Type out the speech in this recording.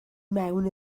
mewn